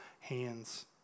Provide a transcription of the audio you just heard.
hands